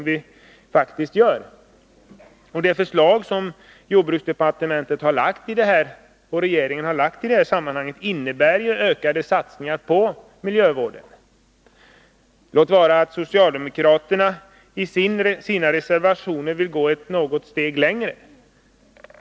Det förslag som jordbruksdepartementet och regeringen har lagt fram i det här sammanhanget innebär ju ökade satsningar på miljövården. Låt vara att socialdemokraterna i sina reservationer vill gå något steg längre.